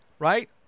right